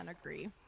agree